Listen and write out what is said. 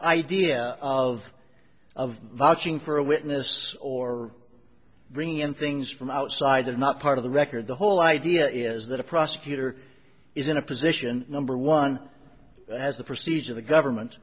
idea of of vouching for a witness or bringing in things from outside are not part of the record the whole idea is that a prosecutor is in a position number one has the procedure the government